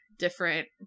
different